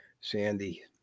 Sandy